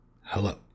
Hello